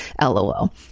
LOL